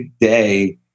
day